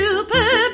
Super